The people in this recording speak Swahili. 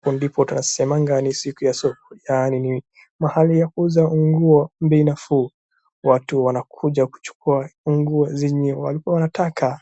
Hapa ndipo tunasemanga ni siku ya soko ,yaani ni mahali ya kuuza nguo bei nafuu , watu wanakuja kuchukua nguo zenye walikua wanataka